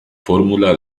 fórmula